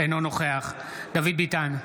אינו נוכח דוד ביטן,